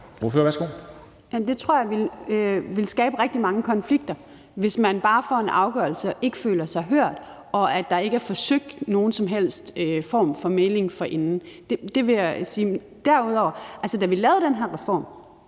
Jeg tror, det ville skabe rigtig mange konflikter, hvis man bare får en afgørelse og ikke føler sig hørt og der ikke er forsøgt nogen som helst form for mægling forinden. Det vil jeg sige. Men da vi lavede den her reform,